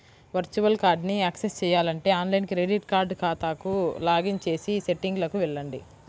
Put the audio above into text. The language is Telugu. వర్చువల్ కార్డ్ని యాక్సెస్ చేయాలంటే ఆన్లైన్ క్రెడిట్ కార్డ్ ఖాతాకు లాగిన్ చేసి సెట్టింగ్లకు వెళ్లండి